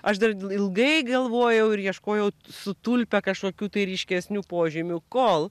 aš dar ilgai galvojau ir ieškojau su tulpe kažkokių tai ryškesnių požymių kol